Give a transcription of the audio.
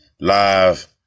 live